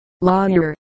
lawyer